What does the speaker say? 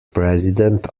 president